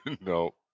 No